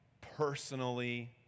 personally